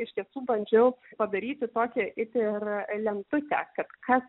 iš tiesų bandžiau padaryti tokią it ir lentutę kad kas